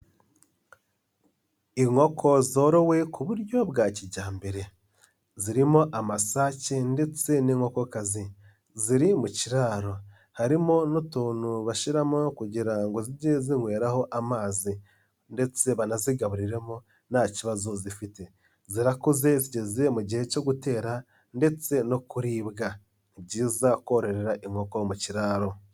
Inkoko zorowe ku buryo bwa kijyambere zirimo amasake ndetse n’inkokozi ziri mu kiraro, harimo n’utuntu bashimo kugira ngo zijye zinyweraho amazi, ndetse banazigaburiremo nta kibazo zifite, zirakuze zigeze mu gihe cyo gutera ndetse no kuribwa, ni byiza kororera inkoko mu kiraro.